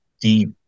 deep